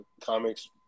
comics